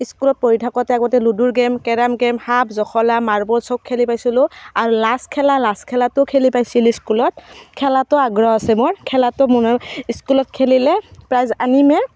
স্কুলত পঢ়ি থাকোঁতে আগতে লুডুৰ গেম কেৰম গেম সাপ জখলা মাৰ্বল চব খেলি পাইছিলোঁ আৰু লাছ খেলা লাছ খেলাতো খেলি পাইছিলোঁ স্কুলত খেলাতো আগ্ৰহ আছে মোৰ খেলাতো মই স্কুলত খেলিলে প্ৰাইজ আনিমে